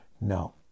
No